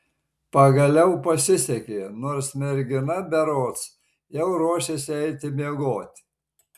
pagaliau pasisekė nors mergina berods jau ruošėsi eiti miegoti